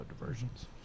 diversions